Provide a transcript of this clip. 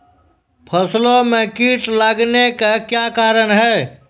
फसलो मे कीट लगने का क्या कारण है?